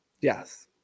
yes